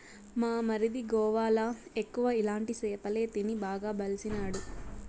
మా మరిది గోవాల ఎక్కువ ఇలాంటి సేపలే తిని బాగా బలిసినాడు